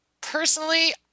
personally